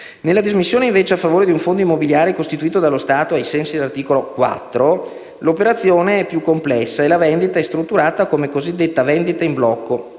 Nella dismissione a favore di un fondo immobiliare costituito dallo Stato (*ex* articolo 4), l'operazione è invece più complessa e la vendita e strutturata come cosiddetta vendita in blocco.